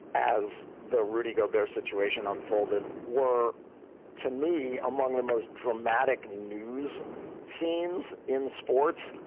as the rudie go, their situation unfolded were to me, among the most dramatic news scenes in sports.